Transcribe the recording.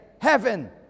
heaven